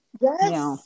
Yes